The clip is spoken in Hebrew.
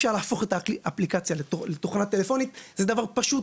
אפשר לעשות אותה לתוכנה טלפונית זה דבר פשוט,